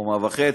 אז קומה וחצי,